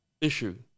issue